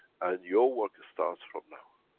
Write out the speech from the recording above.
and your work starts from now.